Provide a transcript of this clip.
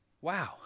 Wow